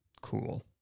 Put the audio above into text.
cool